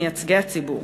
מייצגי הציבור.